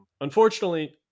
Unfortunately